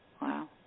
Wow